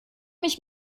mich